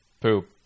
poop